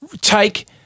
take